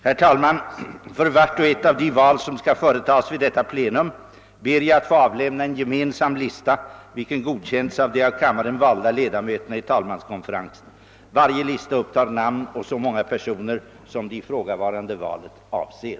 Herr talman! För vart och ett av de val som skall företagas vid detta plenum ber jag att få avlämna en gemensam lista, vilken godkänts av de av kammaren valda ledamöterna i talmanskonferensen. Varje lista upptar namn å så många personer, som det ifrågavarande valet avser.